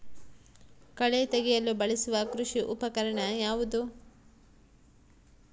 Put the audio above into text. ಕಳೆ ತೆಗೆಯಲು ಬಳಸುವ ಕೃಷಿ ಉಪಕರಣ ಯಾವುದು?